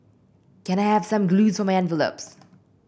can I have some glue of my envelopes